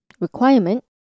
requirement